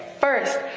first